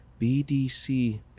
BDC